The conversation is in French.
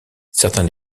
certains